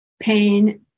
pain